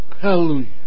Hallelujah